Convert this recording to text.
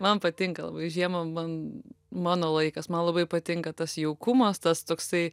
man patinka labai žiemą man mano laikas man labai patinka tas jaukumas tas toksai